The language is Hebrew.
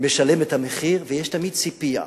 משלם את המחיר, ויש תמיד ציפייה